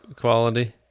quality